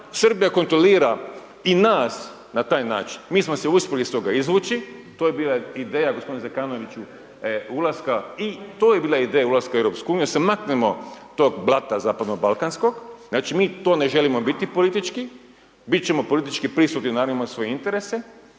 Srbija kontrolira i nas na taj način. Mi smo se uspjeli iz toga izvući, to je bila ideja, gospodine Zekanoviću, ulaska i to je bila ideja ulaska u Europsku uniju da se maknemo tog blata zapadno-balkanskog, znači mi to ne želimo biti politički, bit ćemo politički prisutni, narod ima svoje interese,